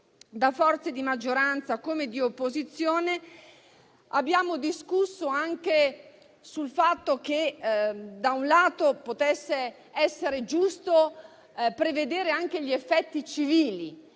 da forze di maggioranza come di opposizione, abbiamo discusso sul fatto che potesse essere giusto prevederne anche gli effetti civili.